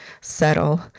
settle